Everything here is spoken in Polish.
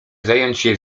zajęcie